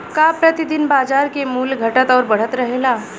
का प्रति दिन बाजार क मूल्य घटत और बढ़त रहेला?